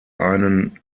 einen